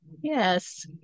Yes